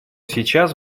сейчас